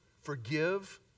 forgive